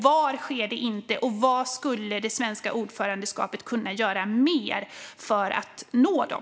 Var sker de inte, och vad skulle det svenska ordförandeskapet kunna göra mer för att nå dem?